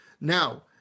Now